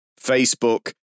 Facebook